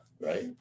right